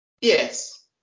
Yes